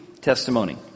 testimony